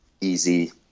easy